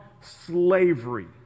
slavery